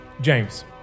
James